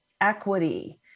equity